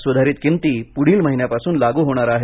सुधारित किंमती पुढील महिन्यापासून लागू होणार आहेत